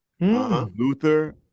Luther